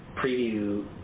preview